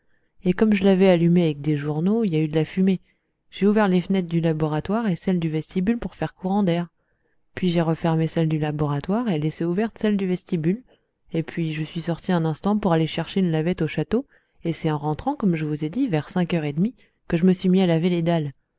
et comme je l'avais allumé avec des journaux il y a eu de la fumée j'ai ouvert les fenêtres du laboratoire et celle du vestibule pour faire courant d'air puis j'ai refermé celles du laboratoire et laissé ouverte celle du vestibule et puis je suis sorti un instant pour aller chercher une lavette au château et c'est en rentrant comme je vous ai dit vers cinq heures et demie que je me suis mis à laver les dalles